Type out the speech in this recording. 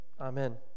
Amen